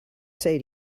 say